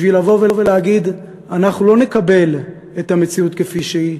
בשביל לבוא ולהגיד: אנחנו לא נקבל את המציאות כפי שהיא,